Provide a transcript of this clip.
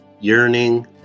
yearning